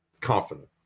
confident